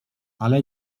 ale